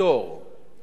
עד היום,